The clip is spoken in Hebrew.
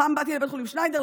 פעם באתי לבית חולים שניידר,